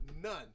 None